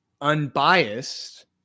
unbiased